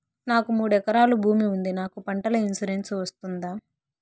నాకు మూడు ఎకరాలు భూమి ఉంది నాకు పంటల ఇన్సూరెన్సు వస్తుందా?